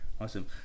Awesome